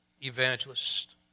evangelist